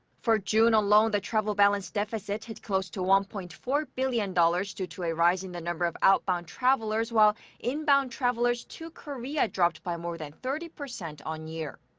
for june alone, the travel balance deficit hit close to one point four billion dollars due to a rise in the number of outbound travelers, while inbound travelers to korea dropped by more than thirty percent on-year.